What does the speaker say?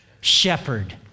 shepherd